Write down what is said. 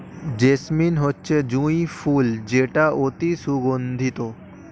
jasmine হচ্ছে জুঁই ফুল যেটা অতি সুগন্ধিত